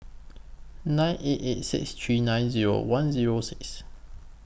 nine eight eight six three nine Zero one Zero six